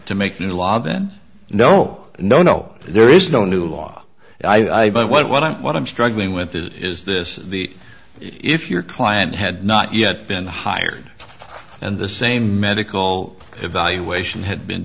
to make the law then no no no there is no new law i but what i'm what i'm struggling with is is this the if your client had not yet been hired and the same medical evaluation had been